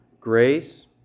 Grace